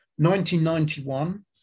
1991